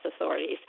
authorities